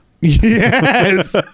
Yes